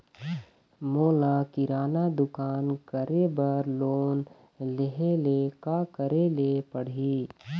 मोला किराना दुकान करे बर लोन लेहेले का करेले पड़ही?